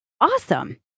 Awesome